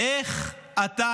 --- אני בטלפון.